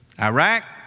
Iraq